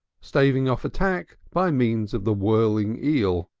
staving off attack by means of the whirling eel.